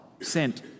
sent